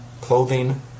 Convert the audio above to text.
clothing